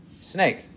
snake